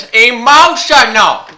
emotional